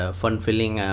fun-filling